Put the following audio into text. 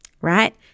right